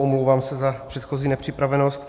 Omlouvám se za předchozí nepřipravenost.